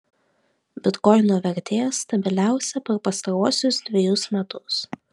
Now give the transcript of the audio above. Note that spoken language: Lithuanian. bitkoino vertė stabiliausia per pastaruosius dvejus metus